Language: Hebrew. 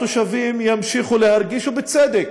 התושבים ימשיכו להרגיש, ובצדק,